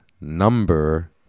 number